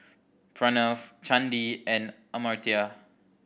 Pranav Chandi and Amartya